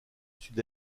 sud